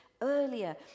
earlier